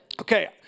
Okay